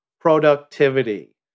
productivity